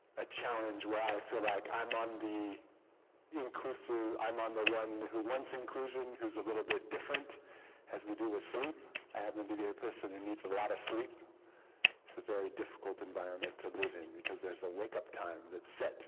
a challenge where i feel like i'm on the inclusive i'm on the one who once inclusion is a little bit different has to do with sleep i happen and to get a person who needs a lot of sleep it's a very difficult environment to live in because there's a wake-up time that's set